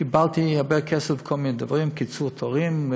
קיבלתי הרבה כסף לכל מיני דברים: קיצור תורים,